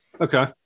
Okay